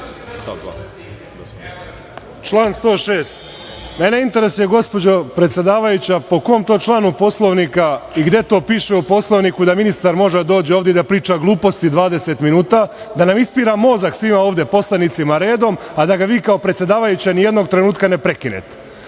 Član 106.Mene interesuje, gospođo predsedavajuća, po kom to članu Poslovnika i gde to piše u Poslovniku da ministar može da dođe ovde i da može da priča gluposti 20 minuta, da nam ispira mozak svima ovde poslanicima redom, a da ga vi kao predsedavajuća nijednog trenutka ne prekinete? Dakle,